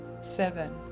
Seven